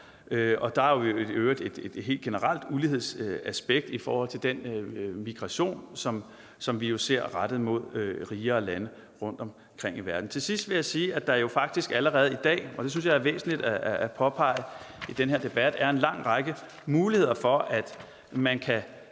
Og der er jo i øvrigt et helt generelt ulighedsaspekt i den migration, som vi jo ser rettes mod riger og lande rundtomkring i verden. Til sidst vil jeg påpege noget, som jeg synes er væsentligt at påpege, og det er, at der er en lang række muligheder for at sende